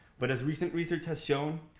but as recent research has shown,